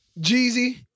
Jeezy